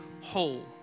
whole